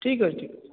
ଠିକ୍ ଅଛି ଠିକ୍ ଅଛି